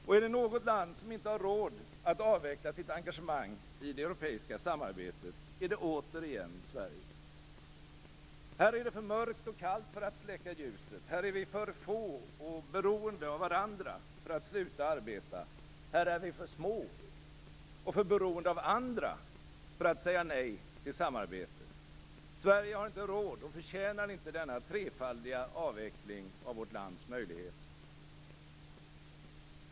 Och är det något land som inte har råd att avveckla sitt engagemang i det europeiska samarbetet, är det återigen Sverige. Här är det för mörkt och kallt för att släcka ljuset. Här är vi för få och för beroende av varandra för att sluta arbeta. Här är vi för små och för beroende av andra för att säga nej till samarbete. Sverige har inte råd med och förtjänar inte denna trefaldiga avveckling av vårt lands möjligheter.